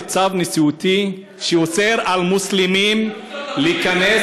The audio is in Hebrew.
צו נשיאותי שאוסר על מוסלמים להיכנס,